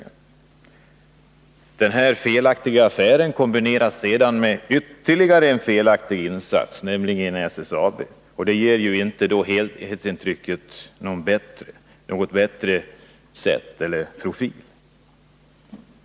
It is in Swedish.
Att denna felaktiga affär kombineras med ytterligare en felaktig insats, nämligen när det gäller SSAB, gör inte helhetsintrycket bättre.